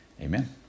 Amen